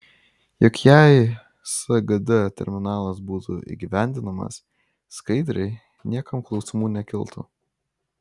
juk jei sgd terminalas būtų įgyvendinamas skaidriai niekam klausimų nekiltų